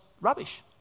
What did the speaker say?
rubbish